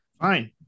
Fine